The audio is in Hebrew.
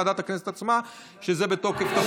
ועדת הכנסת עצמה, שזה בתוקף תפקידה.